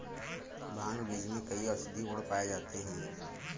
भांग बीज में कई औषधीय गुण पाए जाते हैं